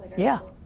yeah,